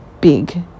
big